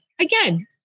again